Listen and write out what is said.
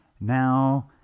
now